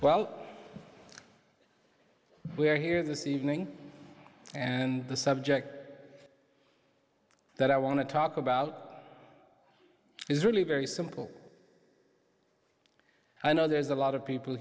well we are here this evening and the subject that i want to talk about is really very simple i know there's a lot of people